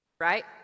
right